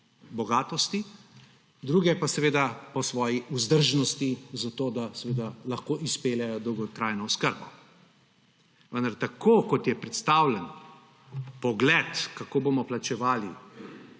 bogatosti, druge pa po svoji vzdržnosti, zato da lahko izpeljejo dolgotrajno oskrbo. Vendar, tako kot je predstavljen pogled, kako bomo plačevali